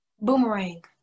Boomerang